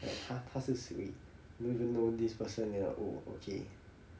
like !huh! 他是谁 don't even know this person you're like oh okay